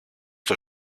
στο